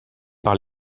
par